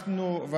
אני